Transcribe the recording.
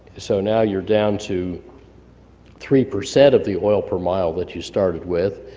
so now you're down to three percent of the oil per mile that you started with.